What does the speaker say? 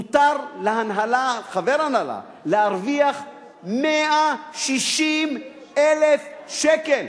מותר לחבר הנהלה להרוויח 160,000 שקל.